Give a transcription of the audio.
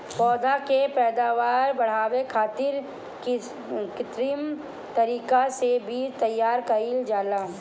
पौधा के पैदावार बढ़ावे खातिर कित्रिम तरीका से बीज तैयार कईल जाला